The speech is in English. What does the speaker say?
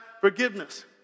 forgiveness